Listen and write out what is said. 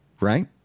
right